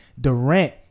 Durant